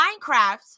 Minecraft